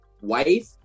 Wife